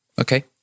Okay